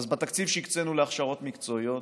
בתקציב שהקצינו להכשרות מקצועיות,